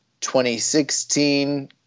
2016